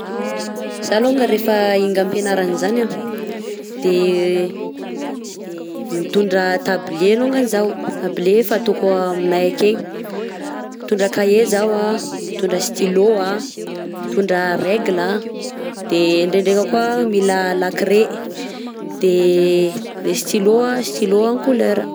Zaho longany rega hinga am-penarana zany de mitondra tablier longany zaho, tablier fataoko aminay akegny, mitondra cahier zaho a, mitondra stylo, mitondra regle a, de ndraindraika ko za mila lakre de le stylo, stylo en couleur.